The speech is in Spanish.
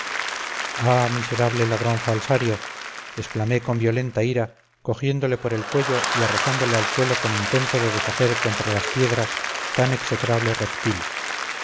miserable ladrón falsario exclamé con violenta ira cogiéndole por el cuello y arrojándole al suelo con intento de deshacer contra las piedras tan execrable reptil